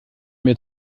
mir